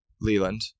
Leland